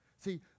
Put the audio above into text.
See